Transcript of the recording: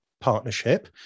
partnership